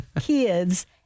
kids